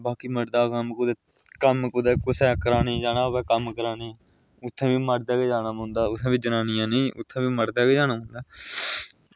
बाकी मर्दे दा कम्म कुदै कम्म कुसै दे अगर कराने गी जाना होऐ कुदै उत्थें बी मर्दें बी जाना पौंदा जनानियें नेईं उत्थें बी मर्दें गै जाना पौंदा